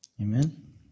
Amen